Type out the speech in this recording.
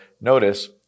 notice